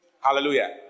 Hallelujah